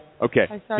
Okay